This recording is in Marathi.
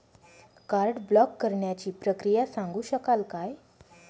कार्ड ब्लॉक करण्याची प्रक्रिया सांगू शकाल काय?